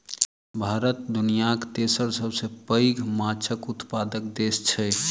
भारत दुनियाक तेसर सबसे पैघ माछक उत्पादक देस छै